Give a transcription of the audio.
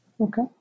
Okay